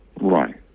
Right